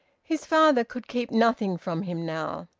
his father could keep nothing from him now.